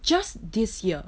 just this year